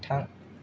थां